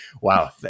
Wow